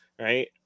right